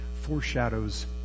foreshadows